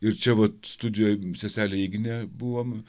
ir čia vat studijoj seselė ignė buvom